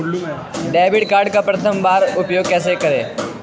Debit card का प्रथम बार उपयोग कैसे करेंगे?